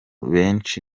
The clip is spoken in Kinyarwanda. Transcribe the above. benshi